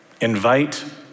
Invite